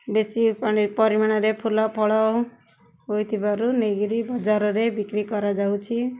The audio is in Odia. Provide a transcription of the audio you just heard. ବେଶୀ ପାଣି ପରିମାଣରେ ଫୁଲ ଫଳ ହୋଇଥିବାରୁ ନେଇକିରି ବଜାର ରେ ବିକ୍ରି କରାଯାଉଛି